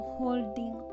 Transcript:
holding